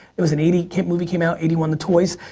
it was in eighty. movie came out eighty one, the toys.